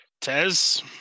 Tez